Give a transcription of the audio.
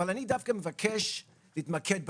אבל אני דווקא מבקש להתמקד בקרח,